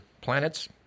planets